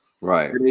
right